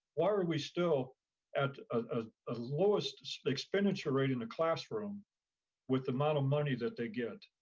why are we still at a ah lowest expenditure rate in the classroom with the amount of money that they get?